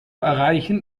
erreichen